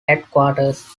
headquarters